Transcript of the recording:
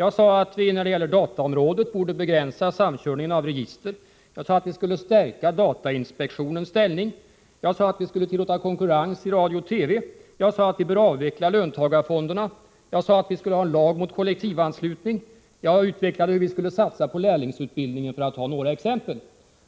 Jag sade att vi när det gäller dataområdet borde begränsa samkörningen av register och stärka datainspektionens ställning. Jag sade att vi skulle tillåta konkurrens i radio och TV, att vi bör avveckla löntagarfonderna och att vi skulle ha en lag mot kollektivanslutning. Jag utvecklade hur vi skulle satsa på lärlingsutbildningen, för att ta några exempel.